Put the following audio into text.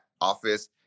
office